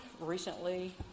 recently